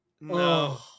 No